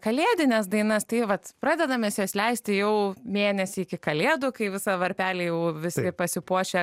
kalėdines dainas tai vat pradedam mes jas leisti jau mėnesį iki kalėdų kai visa varpeliai jau visi pasipuošę